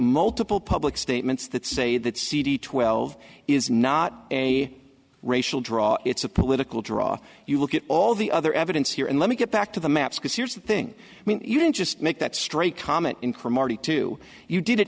multiple public statements that say that cd twelve is not a racial draw it's a political draw you look at all the other evidence here and let me get back to the maps because here's the thing i mean you didn't just make that straight comment incrementally to you did it